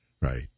right